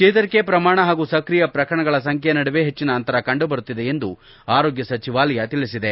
ಚೇತರಿಕೆ ಪ್ರಮಾಣ ಹಾಗೂ ಸಕ್ರಿಯ ಪ್ರಕರಣಗಳ ಸಂಬ್ಕೆಯ ನಡುವೆ ಹೆಚ್ಚಿನ ಅಂತರ ಕಂಡುಬರುತ್ತಿದೆ ಎಂದು ಆರೋಗ್ಯ ಸಚಿವಾಲಯ ತಿಳಿಸಿದೆ